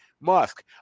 Musk